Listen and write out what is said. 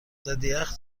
ضدیخ